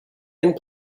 and